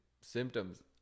symptoms